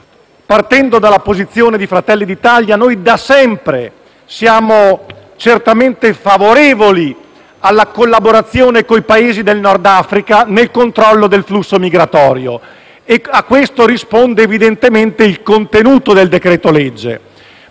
partendo dalla posizione di Fratelli d'Italia, noi da sempre siamo favorevoli alla collaborazione con i Paesi del Nord Africa nel controllo del flusso migratorio. A ciò risponde, evidentemente, il contenuto del decreto-legge